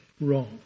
wrong